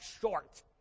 short